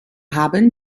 haben